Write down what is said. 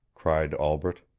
cried albret.